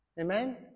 Amen